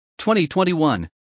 2021